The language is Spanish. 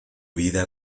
vida